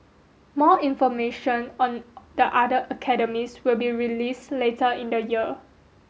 more information on the other academies will be released later in the year